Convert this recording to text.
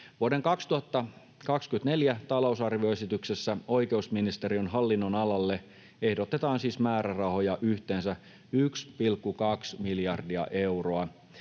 Vuoden 2024 talousarvioesityksessä oikeusministeriön hallinnonalalle ehdotetaan siis määrärahoja yhteensä 1,2 miljardia euroa,